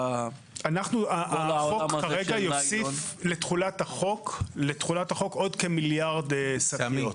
החוק כרגע יוסיף לתחולת החוק עוד כמיליארד שקיות.